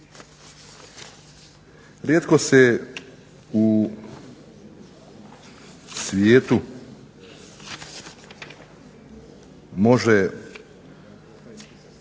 Rijetko se u svijetu može